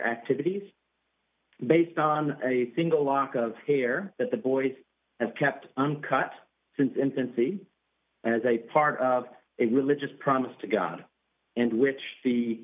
activities based on a single lock of hair that the boys have kept uncut since infancy as a part of a religious promise to god and which the